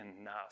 enough